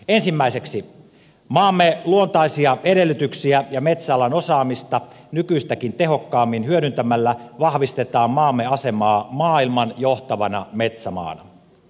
ensimmäiseksi maamme luontaisia edellytyksiä ja metsäalan osaamista nykyistäkin tehokkaammin hyödyntämällä vahvistetaan maamme asemaa maailman johtavana metsämaana